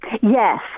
Yes